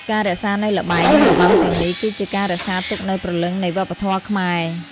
ការរក្សានូវល្បែង និងរបាំទាំងនេះ គឺជាការរក្សាទុកនូវព្រលឹងនៃវប្បធម៌ខ្មែរ។